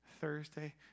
Thursday